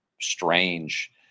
strange